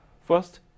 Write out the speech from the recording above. First